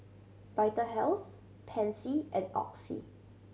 Vitahealth Pansy and Oxy